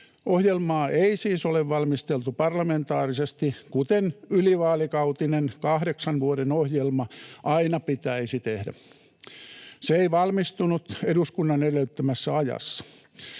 Ohjelmaa ei siis ole valmisteltu parlamentaarisesti, kuten ylivaalikautinen kahdeksan vuoden ohjelma aina pitäisi tehdä. Se ei valmistunut eduskunnan edellyttämässä ajassa.